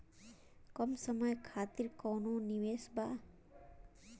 कम समय खातिर कौनो निवेश बा?